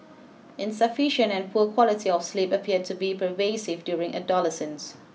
insufficient and poor quality of sleep appear to be pervasive during adolescence